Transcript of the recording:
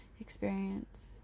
experience